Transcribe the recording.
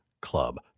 Club